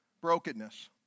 brokenness